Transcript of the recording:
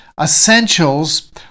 essentials